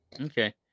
Okay